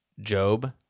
Job